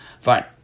Fine